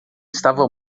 estava